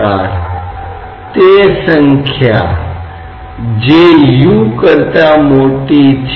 अधिकांश तापमान रेंजों में पारे का वाष्प दाब काफी छोटा है